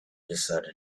decided